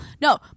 No